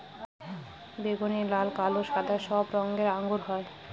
বেগুনি, লাল, কালো, সাদা সব রঙের আঙ্গুর হয়